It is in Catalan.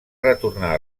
retornar